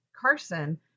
Carson